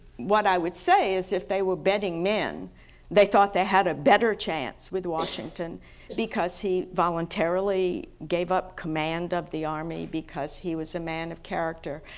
what i would say is if they were betting men they thought they had a better chance with washington because he voluntarily gave up command of the army because he was a man of character.